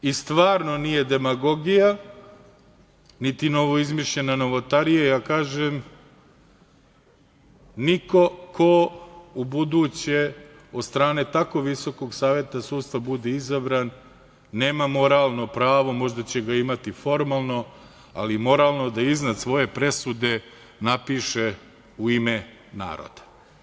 I stvarno nije demagogija, niti novoizmišljena novotarija, ja kažem - niko ko u buduće od strane tako Visokog saveta sudstva bude izabran nema moralno pravo, možda će ga imati formalno, ali moralno da iznad svoje presude napiše "U ime naroda"